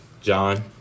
John